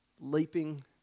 Leaping